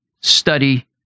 study